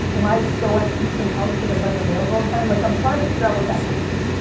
am i so at peace and pumped because i bite my nails all the time? like i'm trying to figure out what that means.